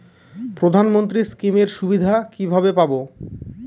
প্রধানমন্ত্রী স্কীম এর সুবিধা কিভাবে পাবো?